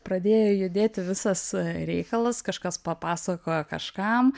pradėjo judėti visas reikalas kažkas papasakojo kažkam